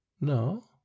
No